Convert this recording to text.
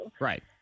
Right